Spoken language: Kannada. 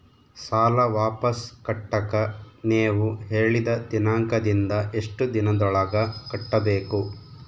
ಸಾಲ ವಾಪಸ್ ಕಟ್ಟಕ ನೇವು ಹೇಳಿದ ದಿನಾಂಕದಿಂದ ಎಷ್ಟು ದಿನದೊಳಗ ಕಟ್ಟಬೇಕು?